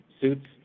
suits